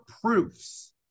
proofs